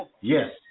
Yes